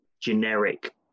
generic